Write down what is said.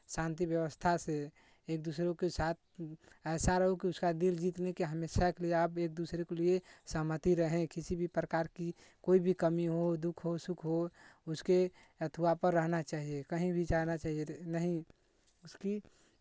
शांति व्यवस्था से एक दूसरों के साथ ऐसा रहो कि उसका दिल जीतने के हमेशा एक लिजाब एक दूसरे के लिये सहमति रहे किसी भी प्रकार की कोई भी कमी हो दुःख हो सुख हो उसके अथवा पर रहना चाहिए कहीं भी जाना चाहिये नहीं उसकी